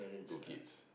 two kids